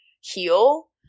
heal